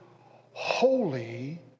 holy